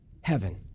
heaven